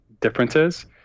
differences